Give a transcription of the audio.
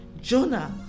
Jonah